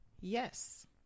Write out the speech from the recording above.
Yes